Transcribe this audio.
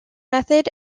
method